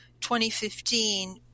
2015